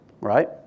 right